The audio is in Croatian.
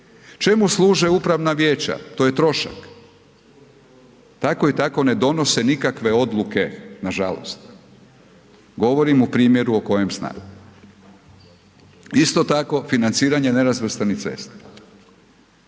Čemu služe upravna vijeća? To je trošak. Tako i tako ne donose nikakve odluke nažalost. Govorim o primjeru o kojem znam. Isto tako financiranje nerazvrstanih cesta.